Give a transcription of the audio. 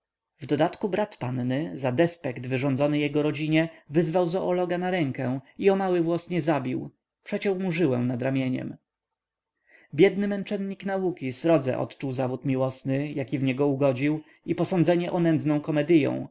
w dodatku brat panny za despekt wyrządzony jego rodzinie wyzwał zoologa na rękę i o mały włos nie zabił przeciął mu żyłę nad ramieniem biedny męczennik nauki srodze odczuł zawód miłosny jaki w niego ugodził i posądzenie o nędzną komedyą